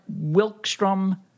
Wilkstrom